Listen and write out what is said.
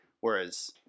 whereas